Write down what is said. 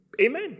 Amen